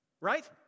right